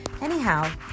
Anyhow